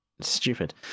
stupid